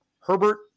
Herbert